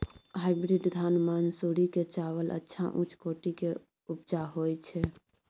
Hybrid धान मानसुरी के चावल अच्छा उच्च कोटि के उपजा होय छै?